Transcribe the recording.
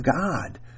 God